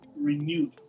renewed